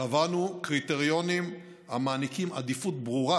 קבענו קריטריונים המעניקים עדיפות ברורה